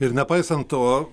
ir nepaisant to